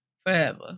forever